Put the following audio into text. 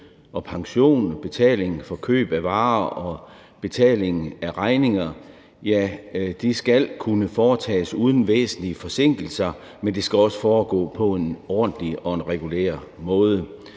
og pension og betaling for køb af varer og betaling af regninger, skal kunne foretages uden væsentlige forsinkelser, men det skal også foregå på en ordentlig og regulær måde.